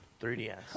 3DS